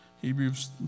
Hebrews